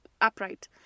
upright